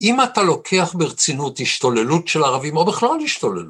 אם אתה לוקח ברצינות השתוללות של הערבים, או בכלל השתוללות.